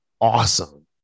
awesome